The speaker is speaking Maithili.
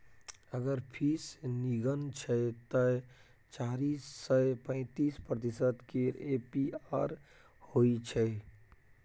अगर फीस गिनय छै तए चारि सय पैंतीस प्रतिशत केर ए.पी.आर होइ छै